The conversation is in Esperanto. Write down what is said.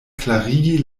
klarigi